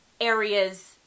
areas